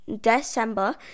December